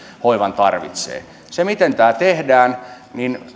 hoivan tarvitsevat miten tämä tehdään